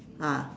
ah